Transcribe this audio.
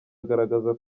agaragaza